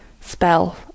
spell